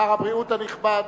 שר הבריאות הנכבד,